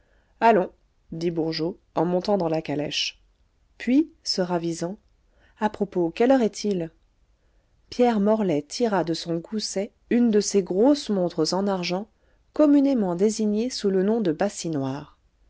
allons dit bourgeot en montant dans la calèche puis se ravisant a propos quelle heure est-il pierre morlaix tira de son gousset une de ces grosses montres en argent communément désignées sous le nom de